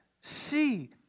see